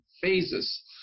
phases